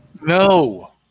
No